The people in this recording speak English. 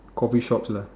coffee shops lah